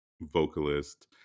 vocalist